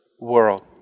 world